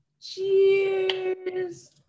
Cheers